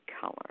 color